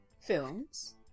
films